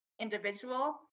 individual